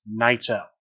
Naito